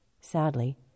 Sadly